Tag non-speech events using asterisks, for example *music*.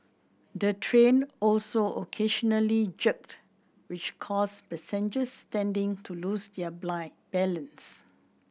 the train also occasionally jerked which caused passengers standing to lose their *unintelligible* balance